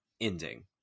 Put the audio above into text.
ending